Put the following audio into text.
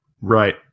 Right